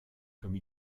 comme